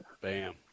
Bam